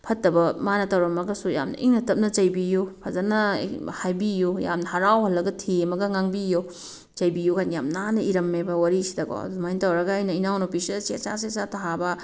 ꯐꯠꯇꯕ ꯃꯅꯥ ꯇꯧꯔꯝꯃꯒꯁꯨ ꯌꯥꯝꯅ ꯏꯪꯅ ꯇꯞꯅ ꯆꯩꯕꯤꯌꯨ ꯐꯖꯅ ꯍꯥꯏꯕꯤꯌꯨ ꯌꯥꯝ ꯍꯔꯥꯎꯍꯜꯂꯒ ꯊꯦꯝꯃꯒ ꯉꯥꯡꯕꯤꯌꯨ ꯆꯩꯕꯤꯌꯨ ꯍꯥꯏꯅ ꯌꯥꯝ ꯅꯥꯟꯅ ꯏꯔꯝꯃꯦꯕ ꯋꯥꯔꯤꯁꯤꯗꯀꯣ ꯑꯗꯨꯃꯥꯏꯅ ꯇꯧꯔꯒ ꯑꯩꯅ ꯏꯅꯥꯎ ꯅꯨꯄꯤꯁꯤꯗ ꯆꯦꯠ ꯆꯥ ꯆꯦꯠ ꯆꯥ ꯊꯥꯕ